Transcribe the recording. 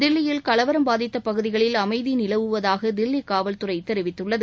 தில்லியில் கலவரம் பாதித்தப் பகுதிகளில் அம்தி நிலவுவகதாக தில்லி காவல்துறை தெரிவித்துள்ளது